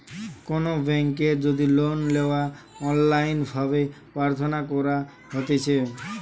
কোনো বেংকের যদি লোন লেওয়া অনলাইন ভাবে প্রার্থনা করা হতিছে